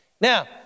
Now